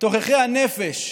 תוככי הנפש.